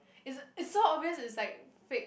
it's a it's so obvious it's like fake